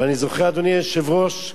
ואני זוכר, אדוני היושב-ראש,